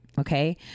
okay